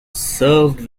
served